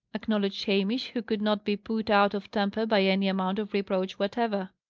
acknowledged hamish, who could not be put out of temper by any amount of reproach whatever.